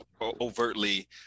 overtly